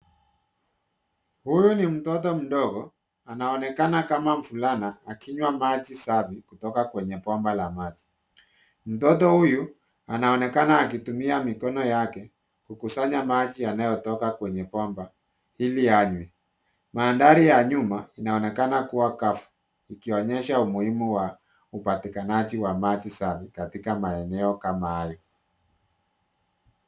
Huyu ni mtoto mdogo, anaonekana kama mvulana, akinywa maji safi kutoka kwenye bomba la maji. Mtoto huyu anaonekana akitumia mikono yake kukusanya maji yanayotoka kwenye bomba ili anywe. Mandhari ya nyuma inaonekana kuwa kavu, ikionyesha umuhimu wa upatikanaji wa maji safi katika maeneo kama hayo.